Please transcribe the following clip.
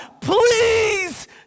please